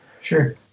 Sure